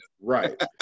Right